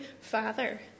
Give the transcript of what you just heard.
father